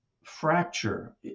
fracture